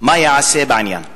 6. מה ייעשה בעניין?